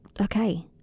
okay